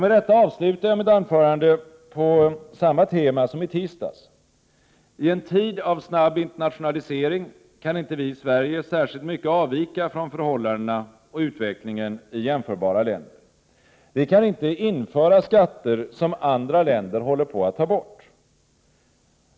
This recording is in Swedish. Med detta avslutar jag mitt anförande på samma tema som i tisdags. I en tid av snabb internationalisering kan inte vi i Sverige särskilt mycket avvika från förhållandena och utvecklingen i jämförbara länder. Vi kan inte införa skatter som andra länder håller på att ta bort.